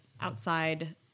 outside